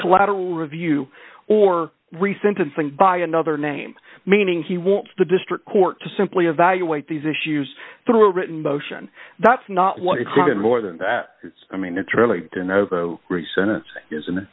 collateral review or re sentencing by another name meaning he wants the district court to simply evaluate these issues through a written motion that's not what it's even more than that i mean it's fairly recent isn't